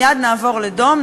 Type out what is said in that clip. תראו,